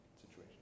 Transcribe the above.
situation